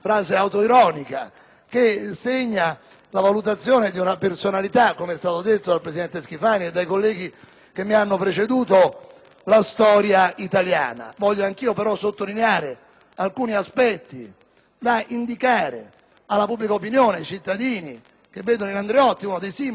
che segna la valutazione di una personalità - come è stato detto dal presidente Schifani e dai colleghi che mi hanno preceduto - ma anche la storia italiana. Voglio anch'io sottolineare alcuni aspetti da indicare alla pubblica opinione, ai cittadini, che vedono in Andreotti uno dei simboli della storia italiana